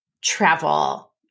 travel